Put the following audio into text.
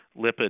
lipid